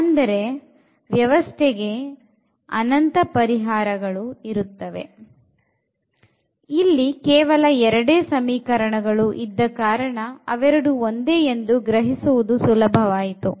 ಅಂದರೆ ವ್ಯವಸ್ಥೆಗೆ ಅನಂತ ಪರಿಹಾರಗಳು ಇರುತ್ತದೆ ಇಲ್ಲಿ ಕೇವಲ ಎರೆಡೇ ಎರಡು ಸಮೀಕರಣಗಳು ಇದ್ದ ಕಾರಣ ಅವೆರಡು ಒಂದೇ ಎಂದು ಗ್ರಹಿಸುವುದು ಸುಲಭವಾಯಿತು